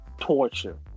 torture